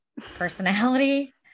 personality